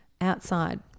outside